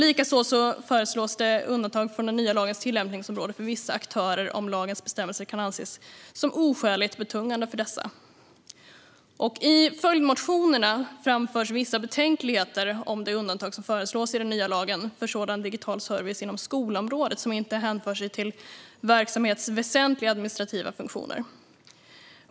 Likaså föreslås undantag från den nya lagens tillämpningsområde för vissa aktörer om lagens bestämmelser kan anses som oskäligt betungande för dem. I följdmotionerna framförs vissa betänkligheter om det undantag som föreslås i den nya lagen för sådan digital service inom skolområdet som inte hänför sig till en verksamhets väsentliga administrativa funktioner.